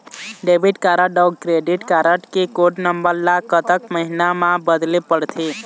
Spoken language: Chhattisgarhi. डेबिट कारड अऊ क्रेडिट कारड के कोड नंबर ला कतक महीना मा बदले पड़थे?